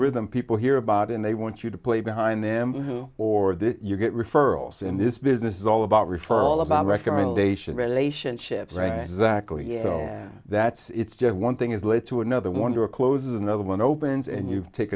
rhythm people hear about and they want you to play behind them or that you get referrals and this business is all about referral about recommendation relationships right exactly you know that's it's just one thing is led to another one to a closes another one opens and you take